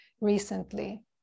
recently